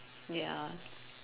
ya